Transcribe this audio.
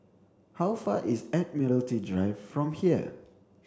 how far is Admiralty Drive from here